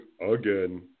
again